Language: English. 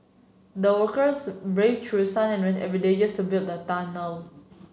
the workers brave through sun and rain every day just to build the tunnel